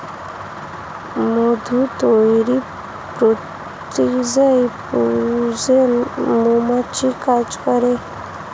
মধু তৈরির প্রক্রিয়ায় পুরুষ মৌমাছি কাজ করে